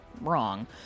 wrong